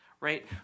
right